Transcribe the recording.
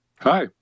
Hi